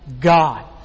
God